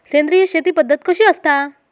सेंद्रिय शेती पद्धत कशी असता?